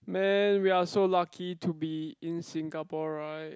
man we are so lucky to be in Singapore right